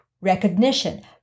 recognition